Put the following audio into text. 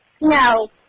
No